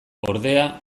ordea